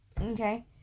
Okay